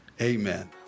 amen